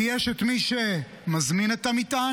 כי יש את מי שמזמין את המטען,